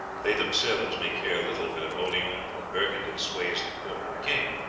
they themselves may care little whether orleans or burgundy sways the court and the king,